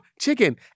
chicken